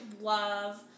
love